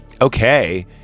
Okay